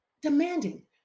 demanding